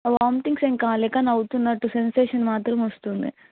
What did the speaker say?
vomitings ఏమి కాలేదు కానీ అవుతునట్టు సెన్సేషన్ మాత్రం వస్తుంది